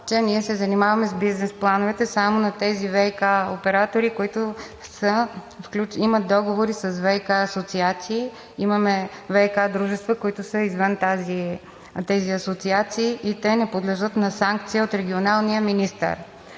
че ние се занимаваме с бизнес плановете само на тези ВиК оператори, които имат договор с ВиК асоциации. Имаме ВиК дружества, които са извън тези асоциации и те не подлежат на санкция от регионалния министър.